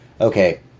Okay